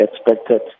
expected